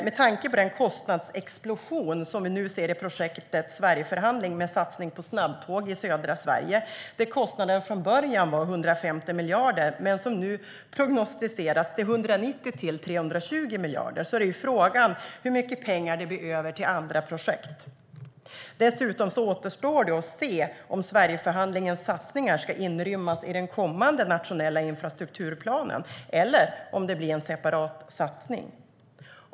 Med tanke på den kostnadsexplosion som vi nu ser i projektet Sverigeförhandlingen med en satsning på snabbtåg i södra Sverige, där kostnaden från början var 150 miljarder men nu prognostiseras till 190-320 miljarder, är frågan hur mycket pengar det blir över till andra projekt. Dessutom återstår att se om Sverigeförhandlingens satsningar ska inrymmas i den kommande nationella infrastrukturplanen eller om det blir en separat satsning.